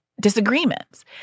disagreements